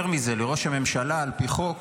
יותר מזה, לראש הממשלה על פי חוק